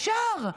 אפשר,